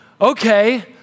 Okay